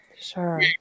sure